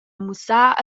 mussar